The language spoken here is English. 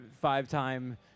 five-time